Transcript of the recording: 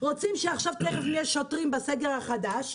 רוצים שתיכף נהיה שוטרים בסגר החדש,